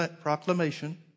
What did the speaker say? proclamation